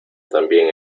también